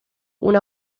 una